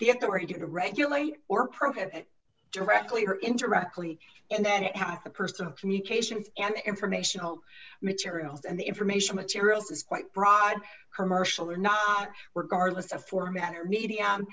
the authority to regulate or prohibit directly or indirectly and then it has the person communication and informational materials and the information materials is quite broad her marshall or not regardless of format or medi